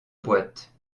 boîte